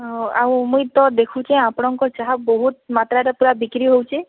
ହଁ ଆଉ ମୁଇଁ ତ ଦେଖୁଛେ ଆପଣଙ୍କ ଚାହା ବହୁତ ମାତ୍ରାରେ ପୂରା ବିକ୍ରି ହଉଛି